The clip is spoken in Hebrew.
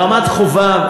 ברמת-חובב,